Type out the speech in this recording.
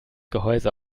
gehäuse